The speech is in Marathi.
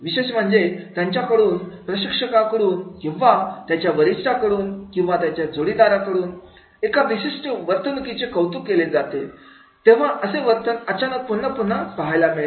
विशेष म्हणजे त्याच्या प्रशिक्षकांकडून किंवा त्याच्या वरिष्ठांकडून किंवा त्याच्या जोडीदाराकडून एका विशिष्ट वर्तणुकीचे कौतुक केले जाते तेव्हा असे वर्तन अचानक पुन्हा पुन्हा पाहायला मिळेल